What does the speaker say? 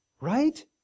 right